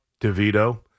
Devito